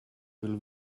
will